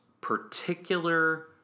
particular